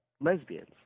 lesbians